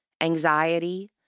anxiety